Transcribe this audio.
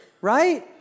Right